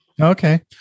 Okay